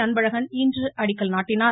அன்பழகன் இன்று அடிக்கல் நாட்டினார்